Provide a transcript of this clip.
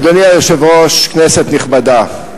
אדוני היושב-ראש, כנסת נכבדה,